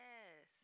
Yes